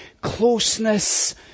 closeness